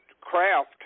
craft